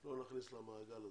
לא נכניס למעגל הזה.